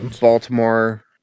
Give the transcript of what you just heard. Baltimore